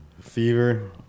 Fever